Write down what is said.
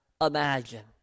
imagine